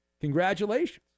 Congratulations